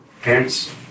Parents